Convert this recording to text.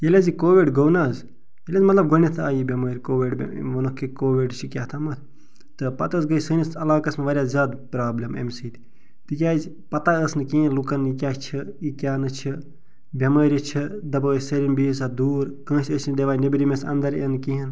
ییٚلہِ حظ یہِ کووِڈ گوٚو نہَ حظ ییٛلہِ حظ مطلب گۄڈنیتھ آیہِ یہِ بیٚمٲرۍ کووِڈ وُنکھ کہِ کووِڈ چھِ کیاتھامتھ تہٕ پتہٕ حظ گٔے سٲنِس علاقس منٛز وارِیاہ زیادٕ پرابلم امہِ سۭتۍ تِکیازِ پتاہ ٲس نہٕ کہیٖنۍ لُکن یہِ کیاہ چھِ یہِ کیاہ نہٕ چھِ بیٚمٲرۍ چھِ دپان ٲسۍ سٲلم بِہو سا دوٗر کٲنٚسہِ ٲسۍ نہٕ دِوان نیٚبرِمس اند اِنہٕ کِہیٖنۍ